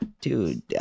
dude